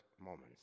moments